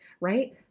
right